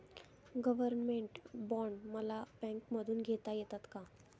Government bond मला बँकेमधून घेता येतात का?